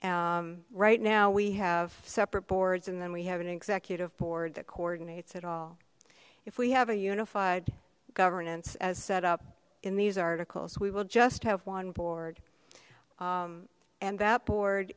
right now we have separate boards and then we have an executive board that coordinates it all if we have a unified governance as set up in these articles we will just have one board and that board